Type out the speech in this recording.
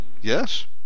Yes